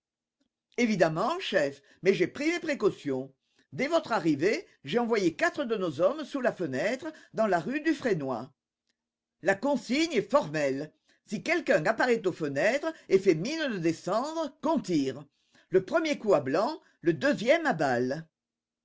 évidemment chef mais j'ai pris mes précautions dès votre arrivée j'ai envoyé quatre de nos hommes sous la fenêtre dans la rue dufrénoy la consigne est formelle si quelqu'un apparaît aux fenêtres et fait mine de descendre qu'on tire le premier coup à blanc le deuxième à balle